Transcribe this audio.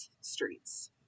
Streets